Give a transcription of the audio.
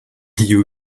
you